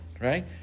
right